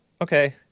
okay